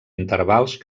intervals